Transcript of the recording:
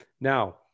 Now